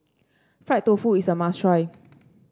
Fried Tofu is a must try